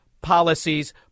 policies